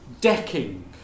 decking